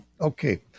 Okay